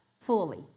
fully